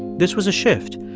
this was a shift.